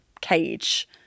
cage